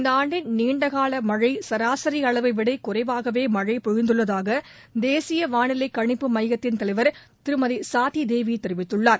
இந்த ஆண்டின் நீண்டகால மழை சராசரி அளவைவிட குறைவாகவே மழை பொழிந்துள்ளதாக தேசிய வாளிலை கணிப்பு மையத்தின் தலைவர் திருமதி சாதிதேவி தெரிவித்துள்ளார்